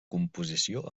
composició